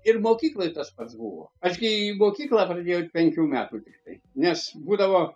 ir mokykloj tas pats buvo aš gi mokyklą pradėjau penkių metų tiktai nes būdavo